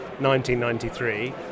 1993